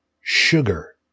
sugar